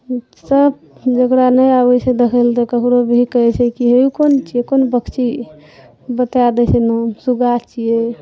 ई सब जेकरा नहि आबै छै देखै लए तऽ ककरो भिरु कहै छै की हे कोन छियै कोन पक्षी बता दे कनी सुगा छियै